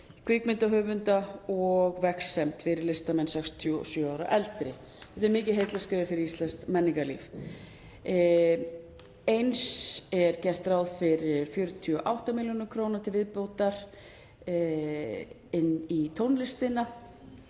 kvikmyndahöfunda og Vegsemd, fyrir listamenn 67 ára og eldri. Þetta er mikið heillaskref fyrir íslenskt menningarlíf. Eins er gert ráð fyrir 48 millj. kr. til viðbótar inn í tónlistina